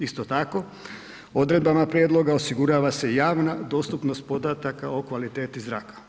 Isto tako, odredbama prijedloga osigurava se javna dostupnost podataka o kvaliteti zraka.